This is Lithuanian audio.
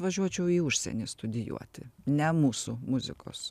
važiuočiau į užsienį studijuoti ne mūsų muzikos